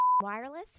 wireless